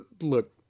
look